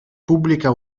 pubblica